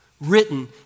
written